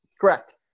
Correct